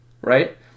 right